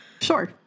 Sure